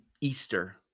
Easter